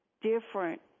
different